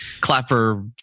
clapper